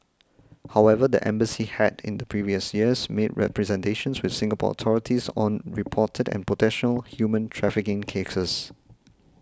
however the embassy had in the previous years made representations with Singapore authorities on reported and potential human trafficking cases